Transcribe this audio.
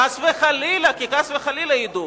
חס וחלילה שידעו.